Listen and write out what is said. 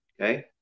Okay